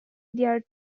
their